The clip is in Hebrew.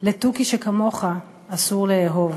לתוכי שכמוך אסור לאהוב.